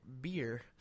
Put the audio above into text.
beer